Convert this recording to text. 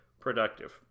productive